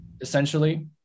essentially